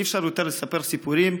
אי-אפשר יותר לספר סיפורים.